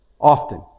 often